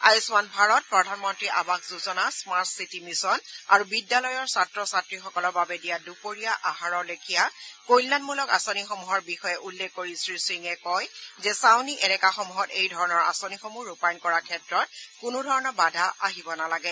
আয়ুষ্মান ভাৰত প্ৰধানমন্ত্ৰী আৱাস যোজনা স্মাৰ্ট চিটি মিছন আৰু বিদ্যালয়ৰ ছাত্ৰ ছাত্ৰীসকলৰ বাবে দিয়া দুপৰীয়া আহাৰৰ লেখীয়া কল্যাণমূলক আঁচনিসমূহৰ বিষয়ে উল্লেখ কৰি শ্ৰীসিঙে কয় যে ছাউনি এলেকাসমূহত এই ধৰণৰ আঁচনিসমূহ ৰূপায়ণ কৰাৰ ক্ষেত্ৰত কোনোধৰণৰ বাধা আহিব নালাগে